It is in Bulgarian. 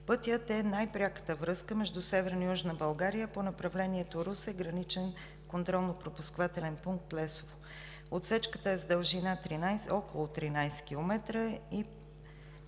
Пътят е най-пряката връзка между Северна и Южна България по направлението Русе – Граничен контролно-пропускателен пункт Лесово. Отсечката е с дължина около 13 км и